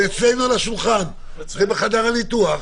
זה אצלנו על השולחן, זה בחדר הניתוח.